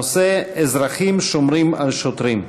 הנושא: אזרחים שומרים על שוטרים.